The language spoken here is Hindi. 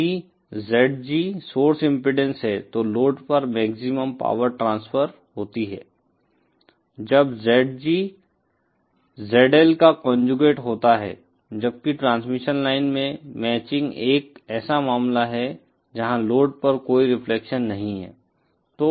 यदि ZG सोर्स इम्पीडेन्स है तो लोड पर मैक्सिमम पावर ट्रांसफर होती है जब ZG ZL का कोंजूगेट होता है जबकि ट्रांसमिशन लाइन में मैचिंग एक ऐसा मामला है जहां लोड पर कोई रिफ्लेक्शन नहीं है